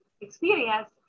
experience